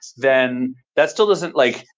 then that still doesn't like